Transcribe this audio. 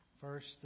First